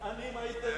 גזענים הייתם ונשארתם.